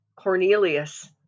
cornelius